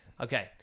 Okay